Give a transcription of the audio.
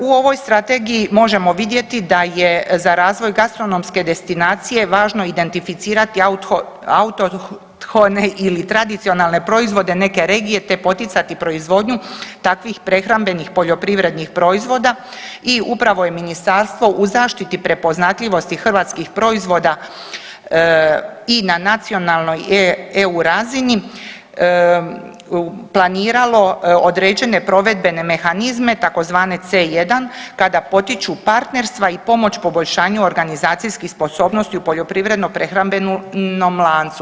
U ovoj strategiji možemo vidjeti da je za razvoj gastronomske destinacije važno identificirati autohtone ili tradicionalne proizvode neke regije, te poticati proizvodnju takvih prehrambenih poljoprivrednih proizvoda i upravo je ministarstvo u zaštiti prepoznatljivosti hrvatskih proizvoda i na nacionalnoj EU razini planiralo određene provedbene mehanizme, tzv. C1 kada potiču partnerstva i pomoć poboljšanju organizacijskih sposobnosti u poljoprivredno-prehrambenom lancu.